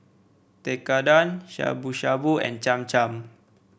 Tekkadon Shabu Shabu and Cham Cham